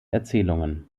erzählungen